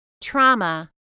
trauma